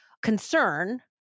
concern